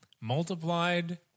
Multiplied